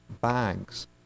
bags